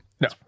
No